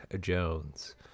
Jones